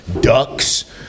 Ducks